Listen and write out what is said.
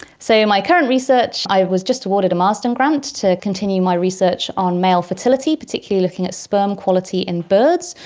so in my current research i was just awarded a marsden grant to continue my research on male fertility, particularly looking at sperm quality in birds.